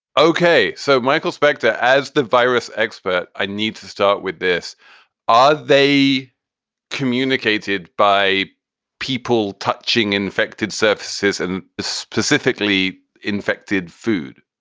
ok, so michael specter, as the virus expert, i need to start with this are they communicated by people touching infected surfaces and specifically infected food?